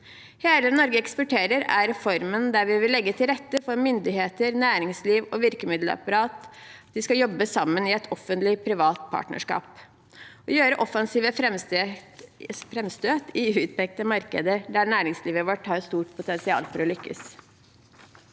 Hele Norge eksporterer er reformen der vi vil legge til rette for at myndigheter, næringsliv og virkemiddelapparat skal jobbe sammen i et offentlig-privat partnerskap, gjøre offensive framstøt i utpekte markeder der næringslivet vårt har et stort potensial for å lykkes.